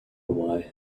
why